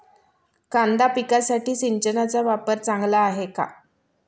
कांदा पिकासाठी सिंचनाचा वापर चांगला आहे का?